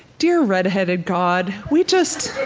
dear redheaded god, we just,